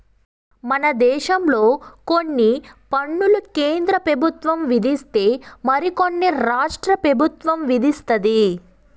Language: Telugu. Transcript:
మన దేశంలో కొన్ని పన్నులు కేంద్ర పెబుత్వం విధిస్తే మరి కొన్ని రాష్ట్ర పెబుత్వం విదిస్తది